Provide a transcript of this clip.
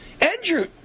Andrew